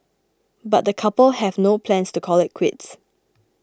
but the couple have no plans to call it quits